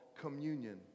communion